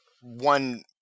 one